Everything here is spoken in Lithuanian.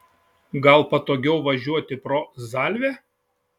gal patogiau važiuoti pro zalvę